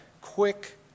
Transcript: quick